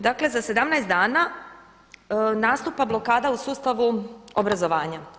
Dakle, za 17 dana nastupa blokada u sustavu obrazovanja.